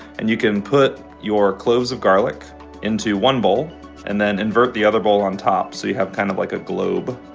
and you can put your cloves of garlic into one bowl and then invert the other bowl on top so you have kind of like a globe.